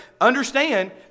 understand